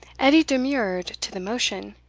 edie demurred to the motion.